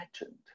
Legend